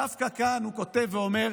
דווקא כאן הוא כותב ואומר: